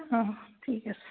অঁ ঠিক আছে